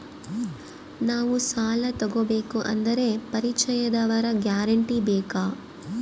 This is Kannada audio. ನಾವು ಸಾಲ ತೋಗಬೇಕು ಅಂದರೆ ಪರಿಚಯದವರ ಗ್ಯಾರಂಟಿ ಬೇಕಾ?